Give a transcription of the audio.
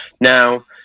Now